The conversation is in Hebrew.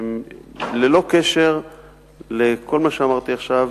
ללא קשר לכל מה שאמרתי עכשיו,